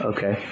Okay